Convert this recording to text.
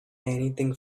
anything